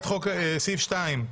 סעיף 2,